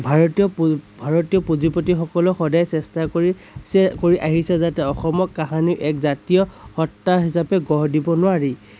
ভাৰতীয় ভাৰতীয় পুঁজিপতিসকলেও সদায় চেষ্টা কৰিছে কৰি আহিছে যাতে অসমক কাহানি এক জাতীয় সত্তা হিচাপে গঢ় দিব নোৱাৰি